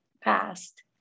past